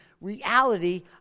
reality